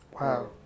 Wow